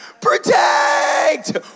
protect